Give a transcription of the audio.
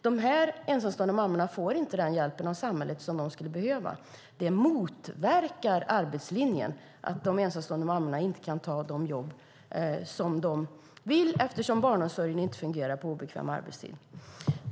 Dessa ensamstående mammor får inte denna hjälp av samhället som de skulle behöva. Det motverkar arbetslinjen att de ensamstående mammorna inte kan ta de jobb som de vill eftersom barnomsorgen inte fungerar på obekväm arbetstid.